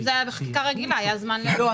אם זה היה בחקיקה רגילה היה זמן ל --- לא,